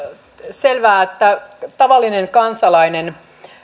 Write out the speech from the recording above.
selvää että tavallinen kansalainen